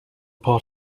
part